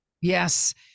Yes